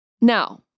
Now